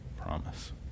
promise